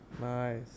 Nice